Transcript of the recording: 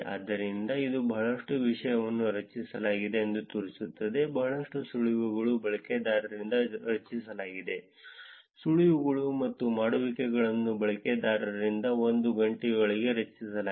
ಆದ್ದರಿಂದ ಇದು ಬಹಳಷ್ಟು ವಿಷಯವನ್ನು ರಚಿಸಲಾಗಿದೆ ಎಂದು ತೋರಿಸುತ್ತದೆ ಬಹಳಷ್ಟು ಸುಳಿವುಗಳನ್ನು ಬಳಕೆದಾರರಿಂದ ರಚಿಸಲಾಗಿದೆ ಸುಳಿವುಗಳು ಮತ್ತು ಮಾಡುವಿಕೆಗಳನ್ನು ಬಳಕೆದಾರರಿಂದ 1 ಗಂಟೆಯೊಳಗೆ ರಚಿಸಲಾಗಿದೆ